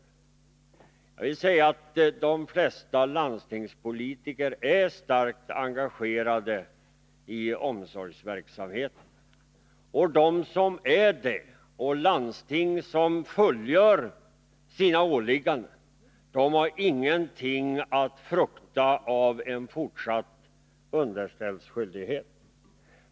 Men jag vill säga att de flesta landstingspolitiker är starkt engagerade i omsorgsverksamheten, och de som är det, liksom de landsting som fullgör sina åligganden, har ingenting att frukta av en fortsatt underställsskyldighet.